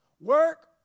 Work